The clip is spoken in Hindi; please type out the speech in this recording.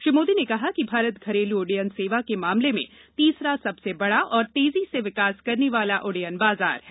श्री मोदी ने कहा कि भारत घरेलू उड्डयन सेवा के मामले में तीसरा सबसे बड़ा और तेजी से विकास करने वाला उड्डयन बाज़ार है